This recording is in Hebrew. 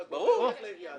------ ברור.